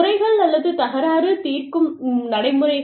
குறைகள் அல்லது தகராறு தீர்க்கும் நடைமுறைகள்